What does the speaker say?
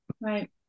right